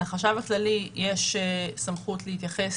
לחשב הכללי יש סמכות להתייחס,